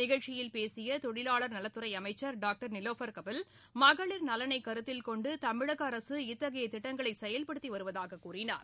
நிகழ்ச்சியில் பேசிய தொழிலாளர் நலத்துறை அமைச்சர் டாக்டர் நிலோபர் கபில் மகளிர் நலனை கருத்தில் கொண்டு தமிழக அரசு இத்தகைய திட்டங்களை செயல்படுத்தி வருவதாக கூறினார்